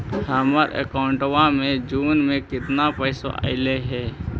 हमर अकाउँटवा मे जून में केतना पैसा अईले हे?